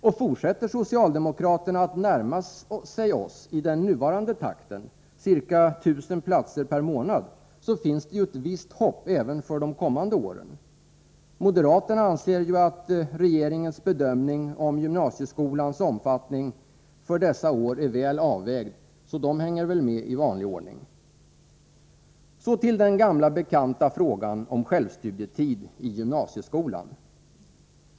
Och fortsätter socialdemokraterna att närma sig oss i den nuvarande takten — ca 1 000 platser per månad — finns det ett visst hopp även för de kommande åren. Moderaterna anser ju att regeringens bedömning av gymnasieskolans omfattning under dessa år är väl avvägd, så de hänger väl med i vanlig ordning. Så till den gamla bekanta frågan om självstudietid i gymnasieskolan.